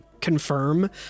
confirm